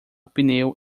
pneu